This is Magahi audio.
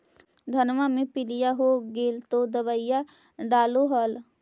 धनमा मे पीलिया हो गेल तो दबैया डालो हल?